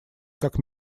как